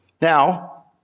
Now